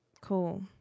Cool